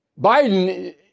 Biden